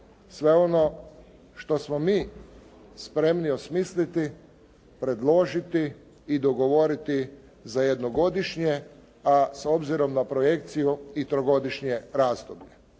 sve ono što smo mi spremni osmisliti, predložiti i dogovoriti za jednogodišnje, a s obzirom na projekciju, i trogodišnje razdoblje.